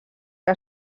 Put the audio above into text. que